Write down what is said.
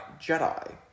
Jedi